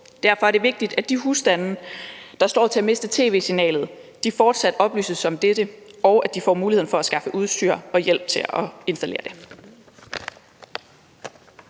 Derfor er det vigtigt, at de husstande, der står til at miste tv-signalet, fortsat oplyses om dette, og at de får muligheden for at skaffe udstyr og hjælp til at installere det.